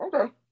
Okay